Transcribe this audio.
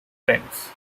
friends